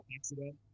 accident